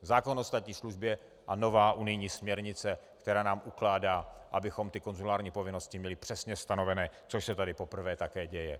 Zákon o státní službě a nová unijní směrnice, která nám ukládá, abychom konzulární povinnosti měli přesně stanovené, což se tady poprvé také děje.